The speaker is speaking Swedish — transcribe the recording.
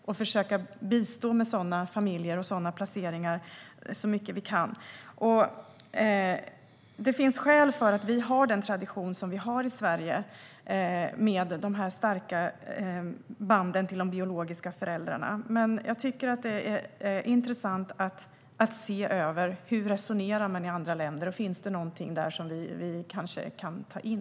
Vi ska försöka bistå med familjer och placeringar som kan ge detta så mycket vi kan. Det finns skäl för att vi har den tradition som vi har i Sverige med de starka banden till de biologiska föräldrarna. Men jag tycker att det är intressant att se över hur man resonerar i andra länder. Finns det kanske någonting där som vi kan ta in?